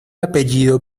apellido